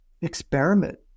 experiment